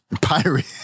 Pirate